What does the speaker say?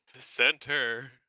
center